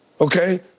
okay